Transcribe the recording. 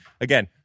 Again